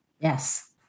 Yes